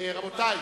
רבותי,